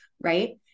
Right